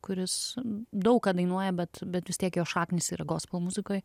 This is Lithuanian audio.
kuris daug ką dainuoja bet bet vis tiek jo šaknys yra gospel muzikoj